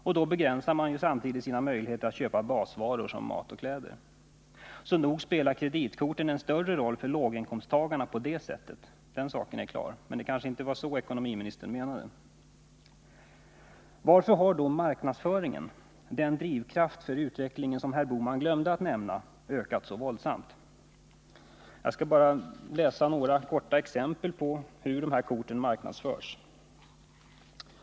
Då begränsar man ju samtidigt sina möjligheter att köpa basvaror som mat och kläder. Så nog spelar kreditkorten en större roll för låginkomsttagarna på det sättet — den saken är klar. Men det kanske inte var det ekonomiministern menade. Varför har då marknadsföringen — den drivkraft för utvecklingen som herr Bohman glömde att nämna — ökat så våldsamt? Jag skall ta några exempel på hur de här korten marknadsförs.